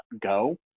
go